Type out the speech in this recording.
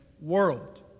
world